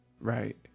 right